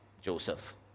Joseph